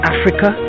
Africa